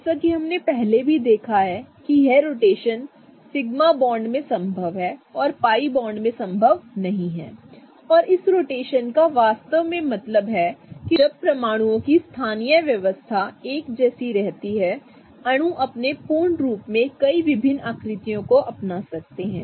जैसा कि हमने पहले भी देखा है कि यह रोटेशन सिग्मा बॉन्ड में संभव है और पाई बॉन्ड में संभव नहीं है और इस रोटेशन का वास्तव में मतलब है कि जब परमाणुओं की स्थानीय व्यवस्था एक जैसी रहती है अणु अपने पूर्ण रूप में कई विभिन्न आकृतियों को अपना सकते हैं